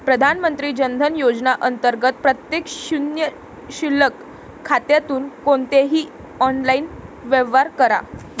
प्रधानमंत्री जन धन योजना अंतर्गत प्रत्येक शून्य शिल्लक खात्यातून कोणतेही ऑनलाइन व्यवहार करा